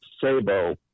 Sabo